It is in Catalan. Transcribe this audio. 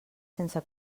sense